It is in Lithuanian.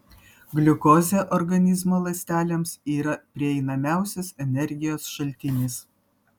gliukozė organizmo ląstelėms yra prieinamiausias energijos šaltinis